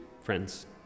friends